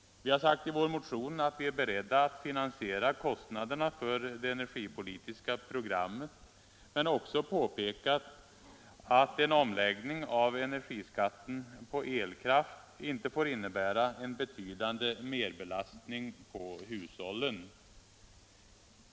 Vi har i vår motion sagt att vi är beredda att finansiera kostnaderna för det energipolitiska programmet men också påpekat att en omläggning av energiskatten på elkraft inte får innebära en betydande merbelastning på hushållen.